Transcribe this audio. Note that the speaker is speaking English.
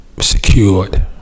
Secured